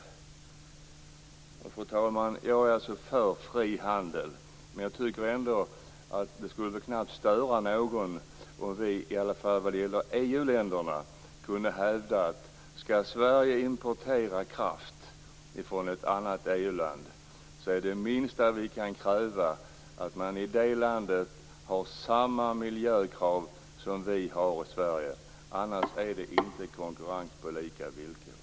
Fru talman! Jag är för frihandel. Jag tror dock knappast att det skulle störa någon om vi kunde hävda att om Sverige skall importera kraft, i varje fall från andra EU-länder, är det minsta vi kan kräva att man i det landet har samma miljökrav som vi har i Sverige. Annars är det inte konkurrens på lika villkor.